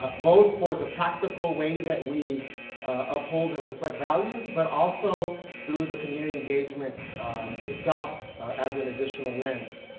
but both for the practical way that we uphold and reflect values, but also through the community engagement itself as an additional lens.